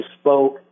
spoke